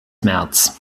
märz